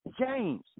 James